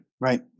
right